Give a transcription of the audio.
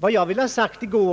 Vad jag har velat säga,